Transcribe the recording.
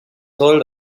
soll